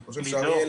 אני חושב שאריאל